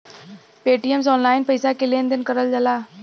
Paytm से online पइसा क लेन देन करल जाला